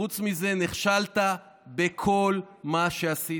חוץ מזה נכשלת בכל מה שעשית.